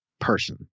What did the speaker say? person